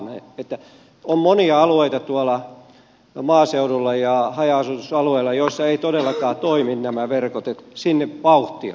maaseudulla ja haja asutusalueilla on monia aloitettu ala ja maaseudulla ja haja alueita joilla eivät todellakaan toimi nämä verkot joten sinne vauhtia